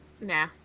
Nah